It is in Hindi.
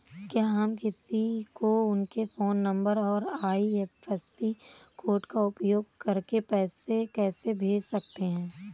क्या हम किसी को उनके फोन नंबर और आई.एफ.एस.सी कोड का उपयोग करके पैसे कैसे भेज सकते हैं?